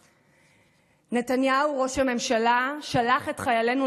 צה"ל נתון למרותה המוחלטת של ממשלת ישראל,